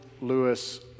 Lewis